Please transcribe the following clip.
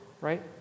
right